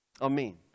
Amen